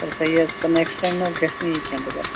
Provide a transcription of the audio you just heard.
سَر صحٔی حظ چھُ سر نیٚکسٹ ٹایم حظ گَژھِ نہٕ یہِ کیٚنٛہہ دُبارٕ